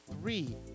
three